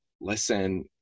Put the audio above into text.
listen